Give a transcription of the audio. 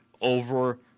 over